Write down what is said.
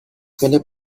philip